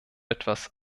etwas